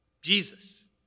Jesus